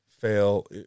fail